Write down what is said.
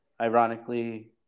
ironically